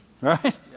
Right